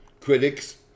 Critics